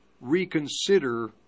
reconsider